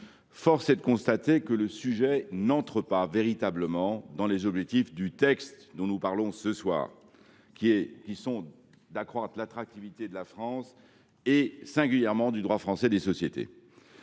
force est de constater que le sujet n’entre pas véritablement dans les objectifs du texte que nous examinons ce soir, c’est à dire accroître l’attractivité de la France et, singulièrement, du droit français des sociétés.